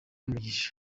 umugisha